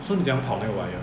so 你怎么样跑那 wire